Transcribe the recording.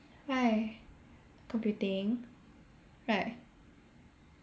why computing but